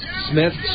Smith